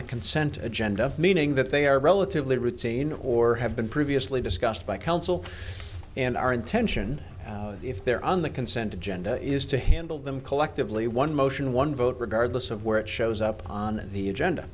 the consent agenda meaning that they are relatively routine or have been previously discussed by counsel and our intention if they're on the consent agenda is to handle them collectively one motion one vote regardless of where it shows up on the agenda